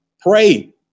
Pray